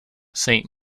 saint